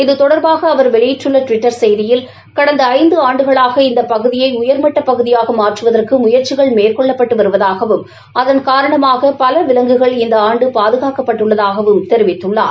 இது தொடர்பாக அவர் வெளியிட்டுள்ள டுவிட்டர் செய்தியில் கடந்த ஐந்து ஆண்டுகளாக இந்த பகுதியை உயர்மட்ட பகுதியாக மாற்றுவதற்கு முயற்சிகள் மேற்கொள்ளப்பட்டு வருவதாகவும் அதன் காரணமாக பல விலங்குகள் இந்த ஆண்டு பாதுகாக்கப்பட்டுள்ளதாகத் தெரிவித்துள்ளார்